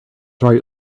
try